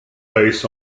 bass